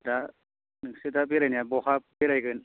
दा नोंसो दा बेरायनाया बहा बेरायगोन